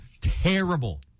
terrible